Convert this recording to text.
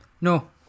No